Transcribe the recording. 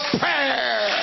prayer